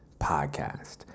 Podcast